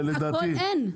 הכול אין.